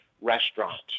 restaurant